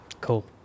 Cool